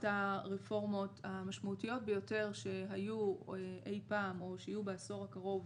הרפורמות המשמעותיות ביותר שהיו אי פעם או שיהיו בעשור הקרוב